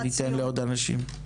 שניתן לעוד אשים.